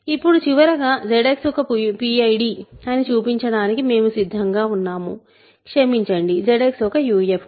ఇప్పుడు చివరగా ZX ఒక PID అని చూపించడానికి మేము సిద్ధంగా ఉన్నాము క్షమించండి ZX ఒక UFD